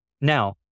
Now